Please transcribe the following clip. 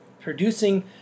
producing